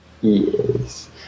yes